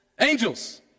angels